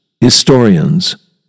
historians